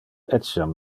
etiam